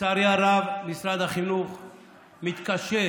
לצערי הרב, משרד החינוך מתקשה,